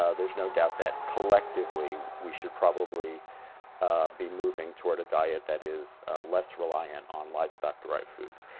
ah there's no doubt that collectively we should probably be moving toward a diet that is less reliant on livestock, the right foods.